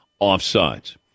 offsides